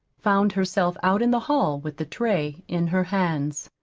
found herself out in the hall with the tray in her hands.